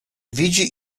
widzi